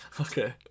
Okay